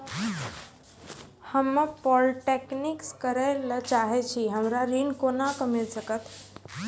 हम्मे पॉलीटेक्निक करे ला चाहे छी हमरा ऋण कोना के मिल सकत?